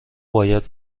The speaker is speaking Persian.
باید